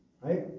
Right